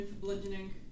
bludgeoning